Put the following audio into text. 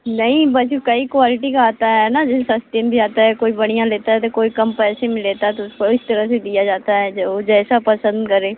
नहीं बस जो कई क्वालटी का आता है ना जैसे सस्ते में भी आता है कोई बढ़िया लेता है तो कोई कम पैसे में लेता है तो उस को उस तरह से दिया जाता है जो जैसा पसन्द करे